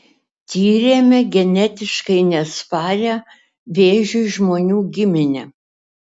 tyrėme genetiškai neatsparią vėžiui žmonių giminę